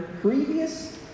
previous